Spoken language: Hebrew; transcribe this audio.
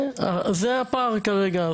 זה הפער כרגע,